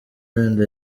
wenda